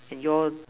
and your